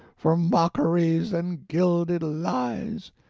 for mockeries and gilded lies!